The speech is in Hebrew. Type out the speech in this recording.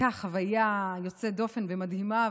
הייתה חוויה יוצאת דופן ומדהימה,